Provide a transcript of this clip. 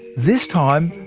this time,